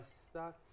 start